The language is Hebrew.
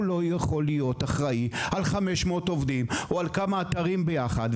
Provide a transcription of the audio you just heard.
לא יכול להיות אחראי על 500 עובדים או על כמה אתרים ביחד.